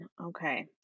Okay